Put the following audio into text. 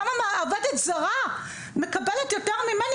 למה עובדת זרה מקבל יותר ממני?